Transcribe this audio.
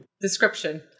description